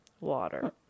Water